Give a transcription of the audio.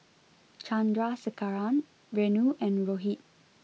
Chandrasekaran Renu and Rohit